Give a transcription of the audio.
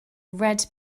red